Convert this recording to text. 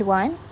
one